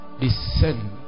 descend